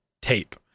tape